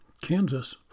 Kansas